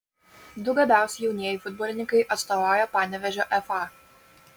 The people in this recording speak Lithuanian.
du gabiausi jaunieji futbolininkai atstovauja panevėžio fa